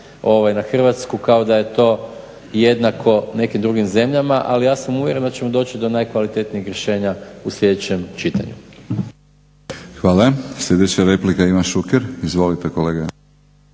na Hrvatsku kao da je to jednako nekim drugim zemljama, ali ja sam uvjeren da ćemo doći do najkvalitetnijeg rješenja u sljedećem čitanju. **Batinić, Milorad (HNS)** Hvala. Sljedeća replika, Ivan Šuker. Izvolite kolega.